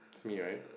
it's me right